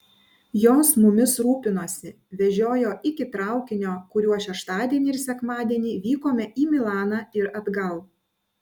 jos mumis rūpinosi vežiojo iki traukinio kuriuo šeštadienį ir sekmadienį vykome į milaną ir atgal